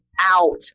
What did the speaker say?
out